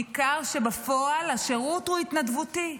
ניכר שבפועל השירות הוא התנדבותי.